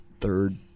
third